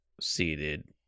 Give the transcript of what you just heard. seated